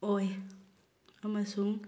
ꯑꯣꯏ ꯑꯃꯁꯨꯡ